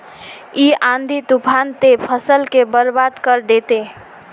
इ आँधी तूफान ते फसल के बर्बाद कर देते?